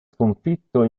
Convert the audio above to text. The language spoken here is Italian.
sconfitto